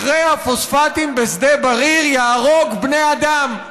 מכרה הפוספטים בשדה בריר יהרוג בני אדם,